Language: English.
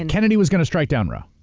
and kennedy was going to strike down roe?